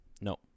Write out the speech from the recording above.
No